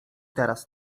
teraz